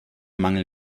mangel